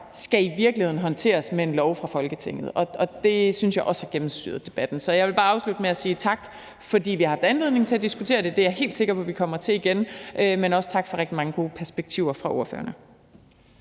skal i virkeligheden håndteres med en lov fra Folketingets side. Det synes jeg også har gennemsyret debatten. Så jeg vil bare afslutte med at sige tak, fordi vi haft anledning til at diskutere det. Det er jeg helt sikker på vi kommer til igen, og også tak for rigtig mange gode perspektiver fra ordførernes